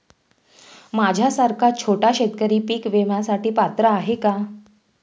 माझ्यासारखा छोटा शेतकरी पीक विम्यासाठी पात्र आहे का?